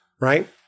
right